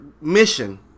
mission